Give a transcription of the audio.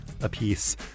apiece